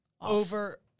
over